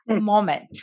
moment